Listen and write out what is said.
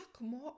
more